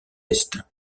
est